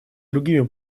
другими